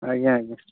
ଆଜ୍ଞା ଆଜ୍ଞା